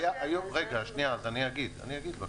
זה נכון שחיסונים יש להם מטרה להגדיל את